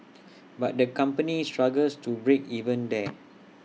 but the company struggles to break even there